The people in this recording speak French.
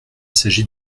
s’agit